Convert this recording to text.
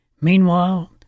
Meanwhile